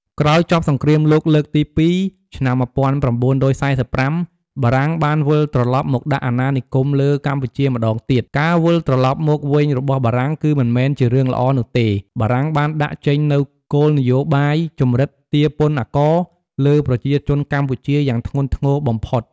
ក្រោយចប់សង្គ្រាមលោកលើកទី២ ឆ្នាំ ១៩៤៥ បារាំងបានវិលត្រឡប់មកដាក់អណានិគមលើកម្ពុជាម្ដងទៀត ការវិលត្រឡប់មកវិញរបស់បារាំងគឺមិនមែនជារឿងល្អនោះទេ បារាំងបានដាក់ចេញនូវគោលនោយបាយជំរិតទារពន្ធអាករ លើប្រជាជនកម្ពុជាយ៉ាងធ្ងន់ធ្ងរបំផុត។